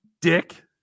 Dick